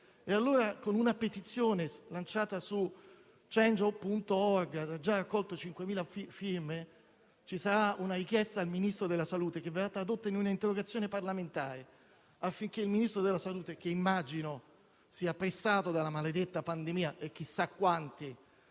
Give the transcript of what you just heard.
questo. Con una petizione lanciata sul sito «change.org», che ha già raccolto 5.000 firme, sarà allora avanzata una richiesta al Ministro della salute che verrà tradotta in un'interrogazione parlamentare, affinché il Ministro della salute - che immagino sia pressato dalla maledetta pandemia e chissà quanti